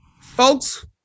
folks